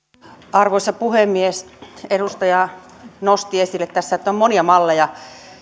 arvoisa puhemies edustaja nosti esille tässä että on monia malleja